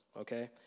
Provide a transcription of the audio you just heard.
okay